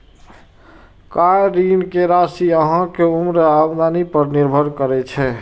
car ऋण के राशि अहांक उम्र आ आमदनी पर निर्भर करै छै